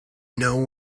know